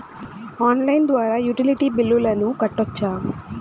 Online ద్వారా utility బిల్లులను కట్టొచ్చా?